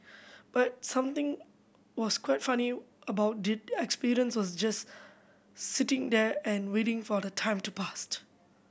but something was quite funny about the experience was just sitting there and waiting for the time to past